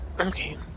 Okay